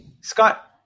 Scott